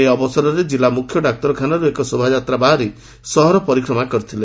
ଏହି ଅବସରରେ ଜିଲ୍ଲା ମୁଖ୍ୟ ଡାକ୍ତରଖାନାରୁ ଏକ ଶୋଭାଯାତ୍ରା ବାହାରି ସହର ପରିକ୍ରମା କରିଥିଲା